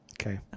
Okay